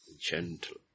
gentle